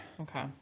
Okay